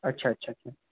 अच्छा अच्छा